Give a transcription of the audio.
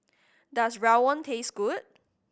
does rawon taste good